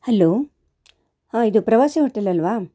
hello ಹಾಂ ಇದು ಪ್ರವಾಸಿ ಹೋಟೆಲ್ ಅಲ್ಲವಾ